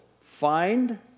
find